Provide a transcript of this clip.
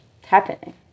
happening